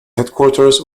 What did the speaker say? headquarters